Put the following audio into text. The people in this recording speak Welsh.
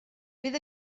fydd